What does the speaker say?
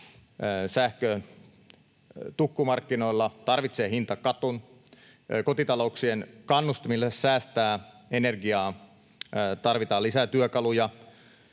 Sähkö tukkumarkkinoilla tarvitsee hintakaton. Kotitalouksien kannustimille säästää energiaa tarvitaan lisää työkaluja.